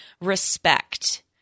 Respect